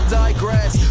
digress